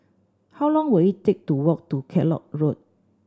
how long will it take to walk to Kellock Road